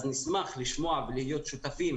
אז נשמח לשמוע ולהיות שותפים,